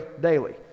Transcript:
daily